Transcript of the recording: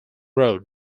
road